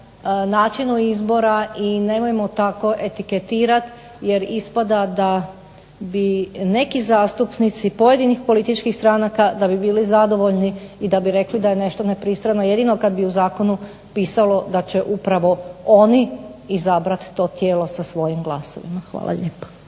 načinu izbora i nemojmo tako etiketirati jer ispada da bi neki zastupnici pojedinih političkih stranaka da bi bili zadovoljni i da bi rekli da je nešto nepristrano jedino kad bi u zakonu pisalo da će upravo oni izabrati to tijelo sa svojim glasovima. Hvala lijepa.